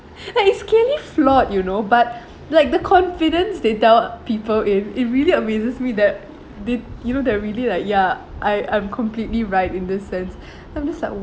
like it's clearly flawed you know but like the confidence they tell people with it really amazes me that did you know they're really like ya I I'm completely right in this sense then I'm just like